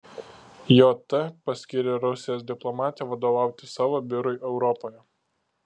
jt paskyrė rusijos diplomatę vadovauti savo biurui europoje